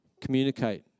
Communicate